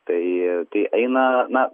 tai tai eina na